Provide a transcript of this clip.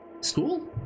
School